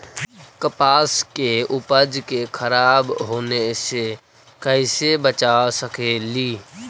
कपास के उपज के खराब होने से कैसे बचा सकेली?